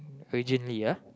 originally ya